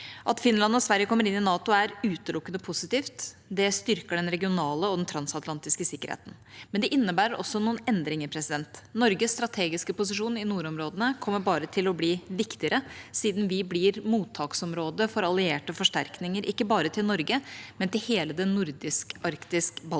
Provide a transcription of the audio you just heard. At Finland og Sverige kommer inn i NATO, er utelukkende positivt. Det styrker den regionale og den transatlantiske sikkerheten, men det innebærer også noen endringer. Norges strategiske posisjon i nordområdene kommer bare til å bli viktigere siden vi blir mottaksområdet for allierte forsterkninger ikke bare til Norge, men til hele det nordisk–arktisk–baltiske